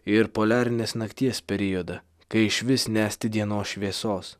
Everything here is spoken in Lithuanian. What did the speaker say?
ir poliarinės nakties periodą kai išvis nesti dienos šviesos